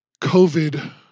COVID